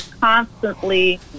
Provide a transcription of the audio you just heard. constantly